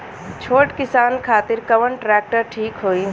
छोट किसान खातिर कवन ट्रेक्टर ठीक होई?